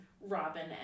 Robin